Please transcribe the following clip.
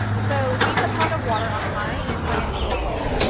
so, heat the pot of water on high and bring it to a boil.